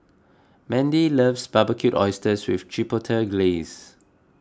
Mendy loves Barbecued Oysters with Chipotle Glaze